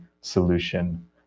solution